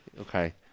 Okay